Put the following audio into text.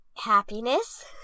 Happiness